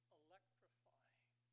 electrifying